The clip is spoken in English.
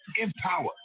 empower